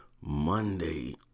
Monday